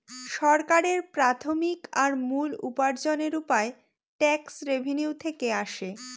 সরকারের প্রাথমিক আর মূল উপার্জনের উপায় ট্যাক্স রেভেনিউ থেকে আসে